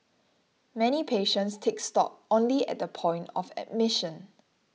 many patients take stock only at the point of admission